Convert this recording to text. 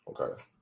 Okay